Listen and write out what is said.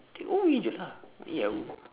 takeaway jer lah then eat at home